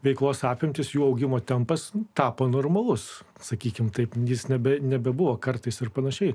veiklos apimtis jų augimo tempas tapo normalus sakykime taip jis nebe nebebuvo kartais ir pan